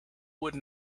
would